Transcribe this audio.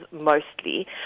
mostly